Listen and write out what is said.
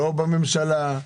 לא בממשלה.